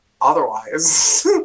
Otherwise